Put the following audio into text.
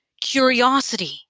curiosity